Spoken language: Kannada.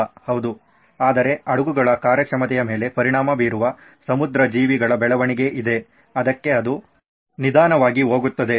ಹೌದು ಆದರೆ ಹಡಗುಗಳ ಕಾರ್ಯಕ್ಷಮತೆಯ ಮೇಲೆ ಪರಿಣಾಮ ಬೀರುವ ಸಮುದ್ರ ಜೀವಿಗಳ ಬೆಳವಣಿಗೆ ಇದೆ ಅದಕ್ಕೆ ಅದು ನಿಧಾನವಾಗಿ ಹೋಗುತ್ತದೆ